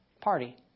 party